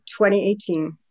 2018